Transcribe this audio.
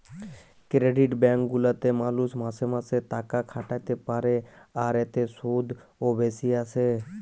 credit bank গুলাতে মালুষ মাসে মাসে তাকাখাটাতে পারে, আর এতে শুধ ও বেশি আসে